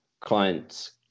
Clients